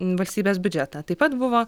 valstybės biudžetą taip pat buvo